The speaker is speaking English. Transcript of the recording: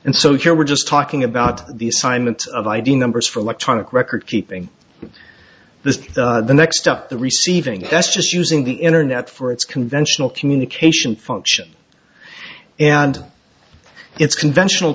here we're just talking about the assignment of id numbers for electronic record keeping this the next stuff the receiving that's just using the internet for its conventional communication function and it's conventional